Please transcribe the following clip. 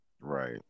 Right